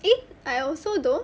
eh I also though